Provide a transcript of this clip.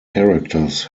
characters